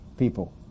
people